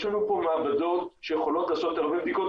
יש לנו פה מעבדות שיכולות לעשות הרבה בדיקות.